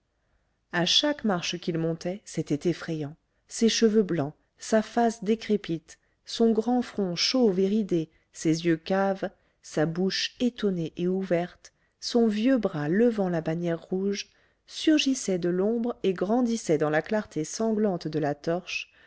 à chaque marche qu'il montait c'était effrayant ses cheveux blancs sa face décrépite son grand front chauve et ridé ses yeux caves sa bouche étonnée et ouverte son vieux bras levant la bannière rouge surgissaient de l'ombre et grandissaient dans la clarté sanglante de la torche